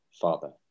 father